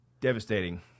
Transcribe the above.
Devastating